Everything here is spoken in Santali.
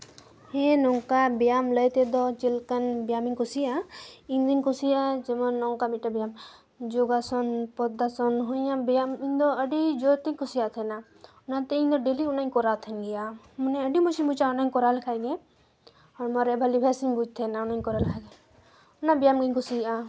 ᱦᱮᱸ ᱱᱚᱝᱠᱟ ᱵᱮᱭᱟᱢ ᱞᱟᱹᱭ ᱛᱮᱫᱚ ᱪᱮᱫᱞᱮᱠᱟᱱ ᱵᱮᱭᱟᱢᱤᱧ ᱠᱩᱥᱤᱭᱟᱜᱼᱟ ᱤᱧᱫᱩᱧ ᱠᱩᱥᱤᱭᱟᱜᱼᱟ ᱡᱮᱢᱚᱱ ᱱᱚᱝᱠᱟ ᱢᱤᱫᱴᱮᱡ ᱵᱮᱭᱟᱢ ᱡᱳᱜᱟᱥᱚᱱ ᱯᱚᱫᱫᱟᱥᱚᱱ ᱦᱳᱭ ᱚᱱᱟ ᱵᱮᱭᱟᱢ ᱤᱧ ᱫᱚ ᱟᱹᱰᱤ ᱡᱳᱨ ᱛᱤᱧ ᱠᱩᱥᱤᱭᱟᱜ ᱛᱟᱦᱮᱱᱟ ᱚᱱᱟᱛᱮ ᱤᱧᱫᱚ ᱰᱮᱞᱤ ᱚᱱᱟᱧ ᱠᱚᱨᱟᱣ ᱛᱟᱦᱮᱱ ᱜᱮᱭᱟ ᱢᱟᱱᱮ ᱟᱹᱰᱤ ᱢᱚᱸᱡᱤᱧ ᱵᱩᱡᱟ ᱚᱱᱟᱧ ᱠᱚᱨᱟᱣ ᱞᱮᱠᱷᱟᱱ ᱜᱮ ᱦᱚᱲᱢᱚᱨᱮ ᱵᱷᱟᱹᱞᱤ ᱵᱮᱥᱤᱧ ᱵᱩᱡ ᱛᱟᱦᱮᱱᱟ ᱚᱱᱟᱧ ᱠᱚᱨᱟᱣ ᱞᱮᱠᱷᱟᱱ ᱜᱮ ᱚᱱᱟ ᱵᱮᱭᱟᱢᱜᱤᱧ ᱠᱩᱥᱤᱭᱟᱜᱼᱟ